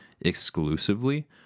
exclusively